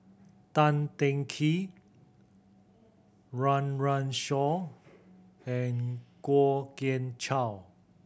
Tan Teng Kee Run Run Shaw and Kwok Kian Chow